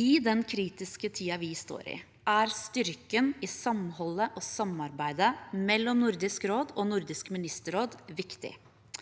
I den kritiske tiden vi står i, er styrken i samholdet og samarbeidet mellom Nordisk råd og Nordisk ministerråd viktig.